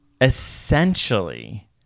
essentially